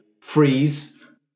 freeze